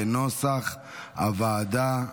כנוסח הוועדה.